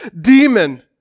demon